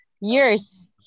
years